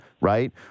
right